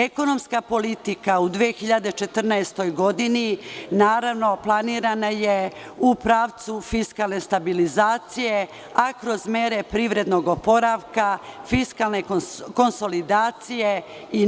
Ekonomska politika u 2014. godini planirana je u pravcu fiskalne stabilizacije, a kroz mere privrednog oporavka, fiskalne konsolidacije i